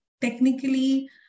technically